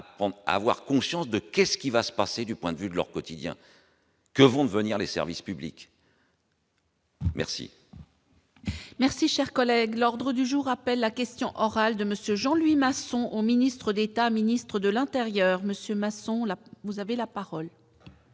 avoir conscience de qu'est-ce qui va se passer du point de vue de leur quotidien, que vont devenir les services publics. Merci, chers collègues, l'ordre du jour appelle la question orale de monsieur Jean-Louis Masson au ministre d'État, ministre de l'Intérieur Monsieur Masson, là vous avez la parole.